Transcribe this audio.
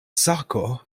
sako